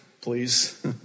please